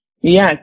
Yes